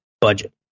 budget